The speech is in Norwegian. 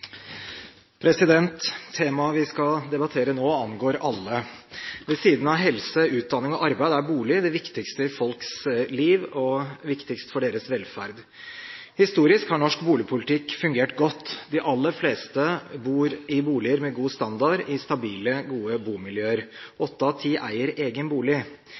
vedtatt. Temaet vi skal debattere nå, angår alle. Ved siden av helse, utdanning og arbeid er bolig det viktigste i folks liv og viktigst for deres velferd. Historisk har norsk boligpolitikk fungert godt. De aller fleste bor i boliger med god standard, i stabile, gode bomiljøer. Åtte av ti eier egen bolig.